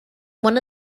one